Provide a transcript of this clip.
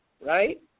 right